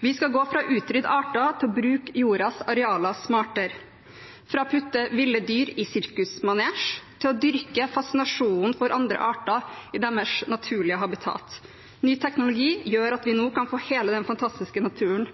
Vi skal gå fra å utrydde arter til å bruke jordens arealer smartere, fra å putte ville dyr i en sirkusmanesje til å dyrke fascinasjonen for andre arter i deres naturlige habitat. Ny teknologi gjør at vi kan få hele den fantastiske naturen